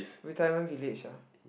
retirement village ah